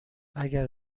اگر